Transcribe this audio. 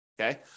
Okay